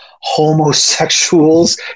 homosexuals